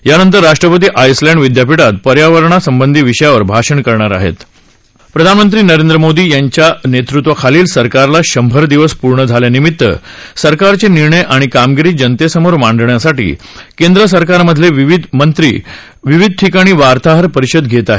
यानंतर राष्ट्रपती आईसलॅण्ड विद्यापीठात पर्यावरणासंबंधी विषयावर भाषण करणार आहेत प्रधानमंत्री नरेंद्र मोदी यांच्या नेतृत्वाखालील सरकारला शंभर दिवस पूर्ण झाल्यानिमित सरकारचे निर्णय आणि कामगिरी जनतेसमोर मांडण्यासाठी केंद्र सरकारमधेले मंत्री विविध ठिकाणी वार्ताहर परिषद घेत आहेत